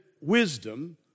wisdom